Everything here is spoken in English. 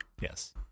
Yes